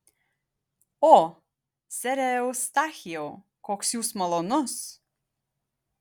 o sere eustachijau koks jūs malonus